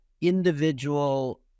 individual